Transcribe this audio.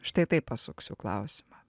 štai taip pasuksiu klausimą